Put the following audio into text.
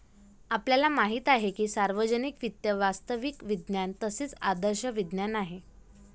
आपल्याला माहित आहे की सार्वजनिक वित्त वास्तविक विज्ञान तसेच आदर्श विज्ञान आहे